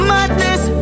Madness